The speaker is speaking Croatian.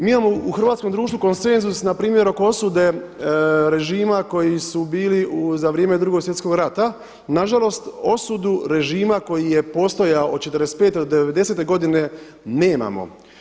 Mi imamo u hrvatskom društvu konsenzus npr. oko osude režima koji su bili za vrijeme Drugog svjetskog rata nažalost osudu režima koji je postojao od '45. do '90. godine nemamo.